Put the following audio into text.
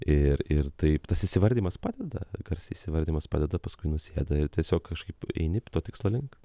ir ir taip tas įsivardijimas padeda garsiai įsivardijimas padeda paskui nusėda ir tiesiog kažkaip eini to tikslo link